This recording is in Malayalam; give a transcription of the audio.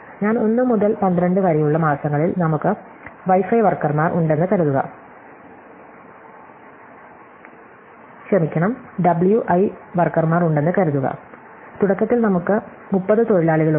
ഞാൻ 1 മുതൽ 12 വരെയുള്ള മാസങ്ങളിൽ നമുക്ക് വൈഫൈ വർക്കർമാർ ഉണ്ടെന്ന് കരുതുക തുടക്കത്തിൽ നമുക്ക് 30 തൊഴിലാളികളുണ്ട്